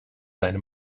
seine